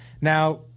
Now